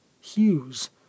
hues